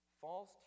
false